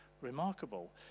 remarkable